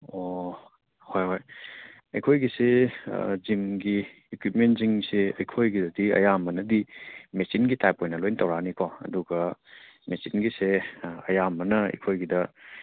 ꯑꯣ ꯍꯣꯏ ꯍꯣꯏ ꯑꯩꯈꯣꯏꯒꯤꯁꯤ ꯖꯤꯝꯒꯤ ꯏꯀ꯭ꯋꯤꯞꯃꯦꯟꯁꯤꯡꯁꯦ ꯑꯩꯈꯣꯏꯒꯤ ꯑꯣꯏꯅꯗꯤ ꯑꯌꯥꯝꯕꯅꯗꯤ ꯃꯦꯆꯤꯟꯒꯤ ꯇꯥꯏꯄꯇ ꯂꯣꯏꯅ ꯇꯧꯔꯛꯑꯅꯤꯀꯣ ꯑꯗꯨꯒ ꯃꯦꯆꯤꯟꯒꯤꯁꯦ ꯑꯌꯥꯝꯕꯅ ꯑꯩꯈꯣꯏꯒꯤꯗ